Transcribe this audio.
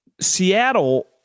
Seattle